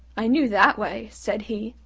i knew that way, said he,